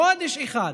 חודש אחד